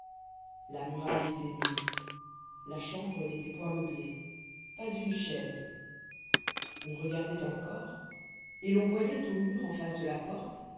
la muraille était nue la chambre n'était point meublée pas une chaise on regardait encore et l'on voyait au mur en face de la porte